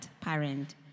parent